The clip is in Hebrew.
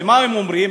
ומה הם אומרים?